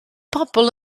pobl